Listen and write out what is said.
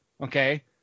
okay